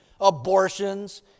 Abortions